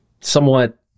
somewhat